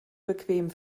bequem